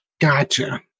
Gotcha